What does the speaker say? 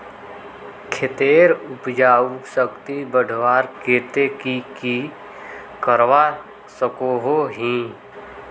खेतेर उपजाऊ शक्ति बढ़वार केते की की करवा सकोहो ही?